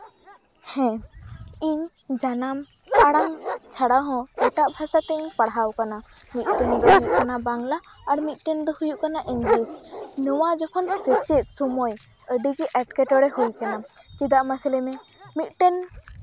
ᱦᱮᱸ ᱤᱧ ᱡᱟᱱᱟᱢ ᱟᱲᱟᱝ ᱪᱷᱟᱲᱟ ᱦᱚᱸ ᱮᱴᱟᱜ ᱵᱷᱟᱥᱟ ᱛᱤᱧ ᱯᱟᱲᱦᱟᱣ ᱟᱠᱟᱱᱟ ᱢᱤᱫᱴᱮᱱ ᱫᱚ ᱦᱩᱭᱩᱜ ᱠᱟᱱᱟ ᱵᱟᱝᱞᱟ ᱟᱨ ᱢᱤᱫᱴᱮᱱ ᱫᱚ ᱦᱩᱭᱩᱜ ᱠᱟᱱᱟ ᱤᱝᱞᱤᱥ ᱱᱚᱣᱟ ᱡᱚᱠᱷᱚᱱ ᱥᱮᱪᱮᱫ ᱥᱚᱢᱚᱭ ᱟᱹᱰᱤ ᱜᱮ ᱮᱸᱴᱠᱮᱴᱚᱬᱮ ᱦᱩᱭ ᱟᱠᱟᱱᱟ ᱪᱮᱫᱟᱜ ᱢᱟᱥᱮ ᱞᱟᱹᱭ ᱢᱮ ᱢᱤᱫᱴᱮᱱ